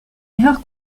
erreur